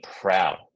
proud